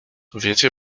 wiecie